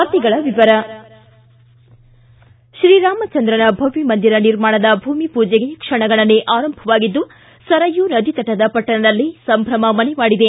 ವಾರ್ತೆಗಳ ವಿವರ ಶ್ರೀರಾಮಚಂದ್ರನ ಭವ್ಚಮಂದಿರ ನಿರ್ಮಾಣದ ಭೂಮಿ ಮೂಜೆಗೆ ಕ್ಷಣಗಣಗೆ ಆರಂಭವಾಗಿದ್ದು ಸರಯೂ ನದಿತಟದ ಪಟ್ಟಣದಲ್ಲಿ ಸಂಭ್ರಮ ಸಡಗರ ಮನೆ ಮಾಡಿದೆ